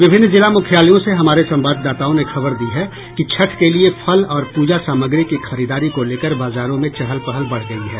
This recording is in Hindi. विभिन्न जिला मुख्यालयों से हमारे संवाददाताओं ने खबर दी है कि छठ के लिए फल और पूजा सामग्री की खरीदारी को लेकर बाजारों में चहल पहल बढ़ गयी है